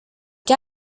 que